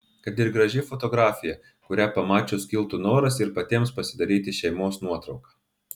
kad ir graži fotografija kurią pamačius kiltų noras ir patiems pasidaryti šeimos nuotrauką